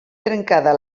trencada